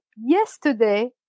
yesterday